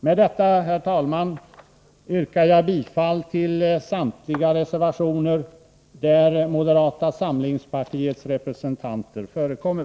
Med detta, herr talman, yrkar jag bifall till samtliga reservationer där moderata samlingspartiets representanter förekommer.